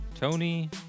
tony